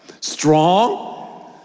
Strong